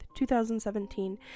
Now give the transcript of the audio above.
2017